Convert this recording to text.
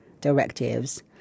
directives